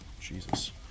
Jesus